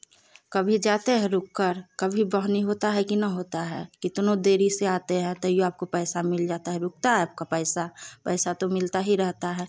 कभी जाते हैं रुक कर कभी बहनी होता है कि न होता है कितनो देरी से आते है तैयो आपको पैसा मिल जाता है रुकता है आपका पैसा पैसा तो मिलता ही रहता है